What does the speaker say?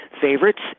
favorites